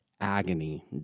agony